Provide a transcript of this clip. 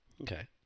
Okay